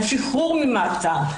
על שחרור ממעצר,